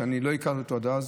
אני לא הכרתי אותו אז,